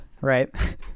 right